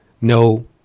no